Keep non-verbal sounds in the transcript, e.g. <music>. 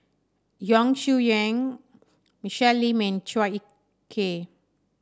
Yong Shu <unintelligible> Michelle Lim and Chua Ek Kay